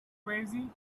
crazy